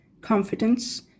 confidence